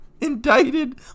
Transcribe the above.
indicted